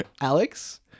Alex